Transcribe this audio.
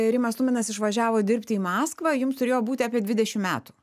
rimas tuminas išvažiavo dirbti į maskvą jums turėjo būti apie dvidešim metų